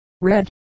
Red